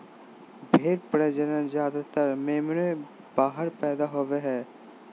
भेड़ प्रजनन ज्यादातर मेमने बाहर पैदा होवे हइ